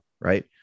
Right